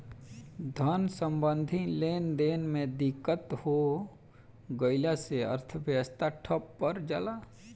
धन सम्बन्धी लेनदेन में दिक्कत हो गइला से अर्थव्यवस्था ठप पर जला